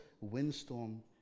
windstorm